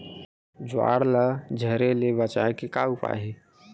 ज्वार ला झरे ले बचाए के का उपाय हे?